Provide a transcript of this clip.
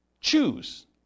choose